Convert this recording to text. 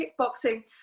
kickboxing